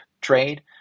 trade